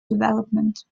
development